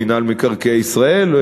מינהל מקרקעי ישראל,